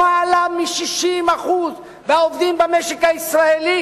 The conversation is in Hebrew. למעלה מ-60% מהעובדים במשק הישראלי